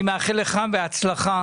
אני מאחל לך בהצלחה,